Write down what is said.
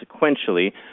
sequentially